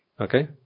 Okay